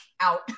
out